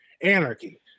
anarchy